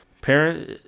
parent